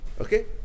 Okay